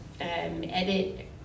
edit